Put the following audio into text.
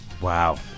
Wow